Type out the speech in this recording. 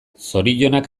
zorionak